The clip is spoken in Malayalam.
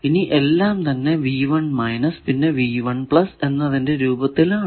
ഇനി എല്ലാം തന്നെ പിന്നെ എന്നതിന്റെ രൂപത്തിൽ ആണ്